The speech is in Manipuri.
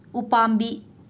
ꯎꯄꯥꯝꯕꯤ